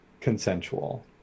consensual